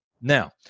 Now